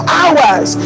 hours